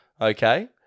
okay